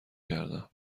کردم